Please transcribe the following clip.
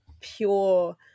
pure